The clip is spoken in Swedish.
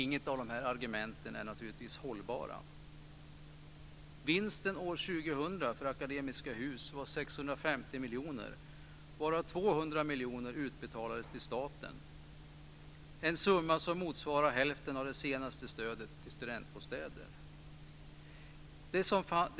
Inget av de här argumenten är naturligtvis hållbara. Vinsten för Akademiska Hus år 2000 var 650 miljoner varav 200 miljoner utbetalades till staten. Det är en summa som motsvarar hälften av det senaste stödet till studentbostäder.